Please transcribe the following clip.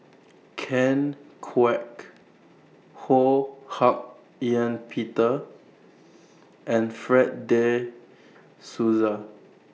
Ken Kwek Ho Hak Ean Peter and Fred De Souza